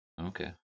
Okay